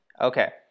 Okay